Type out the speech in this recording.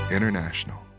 International